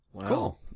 Cool